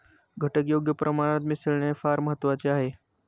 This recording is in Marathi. घटक योग्य प्रमाणात मिसळणे फार महत्वाचे आहे